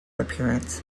appearance